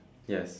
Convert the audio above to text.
yes